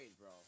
bro